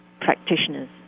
practitioners